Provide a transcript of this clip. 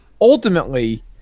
ultimately –